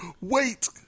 Wait